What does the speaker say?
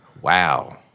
Wow